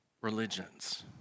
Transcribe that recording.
religions